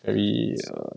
very err